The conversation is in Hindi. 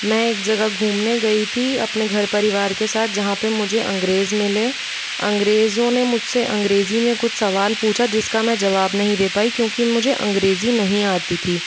मैं एक जगह घूमनें गयी थी अपने घर परिवार के साथ जहां पर मुझे अंग्रेज मिले अंग्रेजों ने मुझसे अंग्रेजी में कुछ सवाल पूछा जिसका मैं जवाब नही दे पाई क्योंकि मुझे अंग्रेजी नहीं आती थी